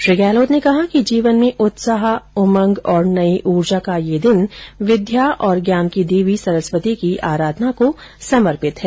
श्री गहलोत ने कहा कि जीवन में उत्साह उमंग और नई ऊर्जा का यह दिन विद्या और ज्ञान की देवी सरस्वती की आराधना को समर्पित है